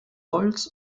holz